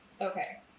Okay